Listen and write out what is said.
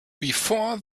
before